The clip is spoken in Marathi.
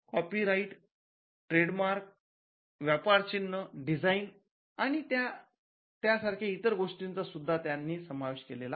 कॉपीराइट ट्रेडमार्क व्यापार चिन्ह डिझाईन आणि त्या सारख्या इतर गोष्टींचा सुद्धा त्यांनी समावेश केलेला आहे